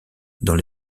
dans